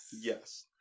Yes